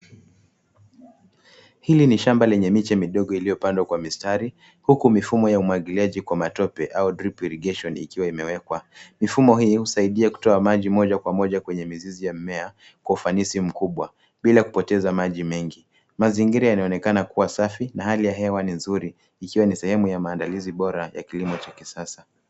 Hili ni shamba lenye miche midogo iliyopangwa kwa mistari, huku mifumo ya umwangiliaji kwa matope, au drip irrigation ikiwa imewekwa. Mifumo hii, husaidia kutoa maji moja kwa moja kwenye mizizi ya mimea kwa usanifinisi mkubwa, bila kupoteza maji mengi. Mazingira yanaonekana kuwa safi, na hali ya hewa ni nzuri ikiwa ni sehemu ya maandilizi bora ya kilimo cha kisasa.